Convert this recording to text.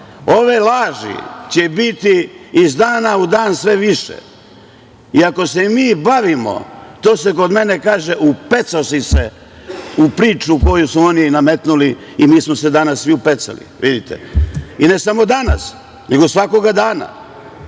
Ove laži će biti iz dana u dan sve više i ako se mi bavimo, to se kod mene kaže - „upec'o si se“ u priču koju su oni nametnuli i mi smo se danas svi upecali. I ne samo danas, nego svakog dana.